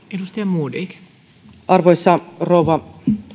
arvoisa rouva